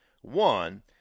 One